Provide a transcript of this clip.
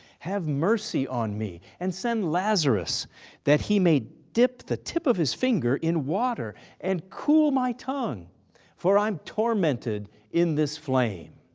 have mercy on me and send lazarus that he may dip the tip of his finger in water and cool my tongue for i'm tormented in this flame.